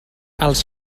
els